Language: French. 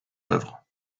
œuvre